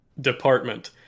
department